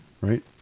Right